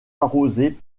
arrosée